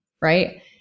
Right